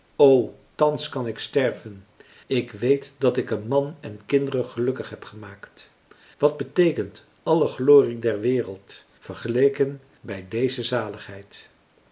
thans kan ik sterven ik weet dat ik een man en kinderen gelukkig heb gemaakt wat beteekent alle glorie der wereld vergeleken bij deze zaligheid